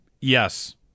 Yes